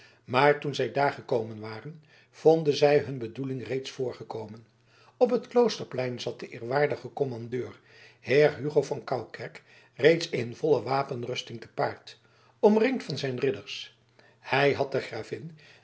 maar toen zij daar gekomen waren vonden zij hun bedoeling reeds voorgekomen op het kloosterplein zat de eerwaardige kommandeur heer hugo van koukerk reeds in volle wapenrusting te paard omringd van zijn ridders hij had de gravin